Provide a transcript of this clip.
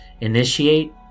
initiate